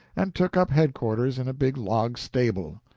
and took up headquarters in a big log stable.